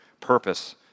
purpose